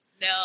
no